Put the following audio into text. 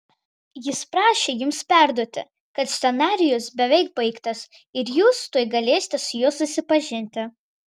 jis prašė jums perduoti kad scenarijus beveik baigtas ir jūs tuoj galėsite su juo susipažinti